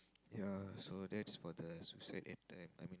ya so that is for the suicide in time I mean